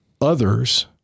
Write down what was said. others